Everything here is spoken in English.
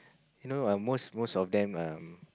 you know um most most of them um